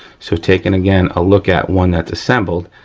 so, taking again, a look at one that's assembled.